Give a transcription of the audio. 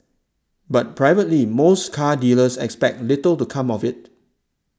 but privately most car dealers expect little to come of it